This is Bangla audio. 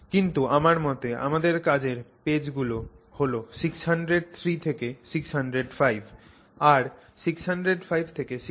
কিন্তু আমার মতে আমাদের কাজের পেজ গুলো হল 603 থেকে 605 আর 605 থেকে 607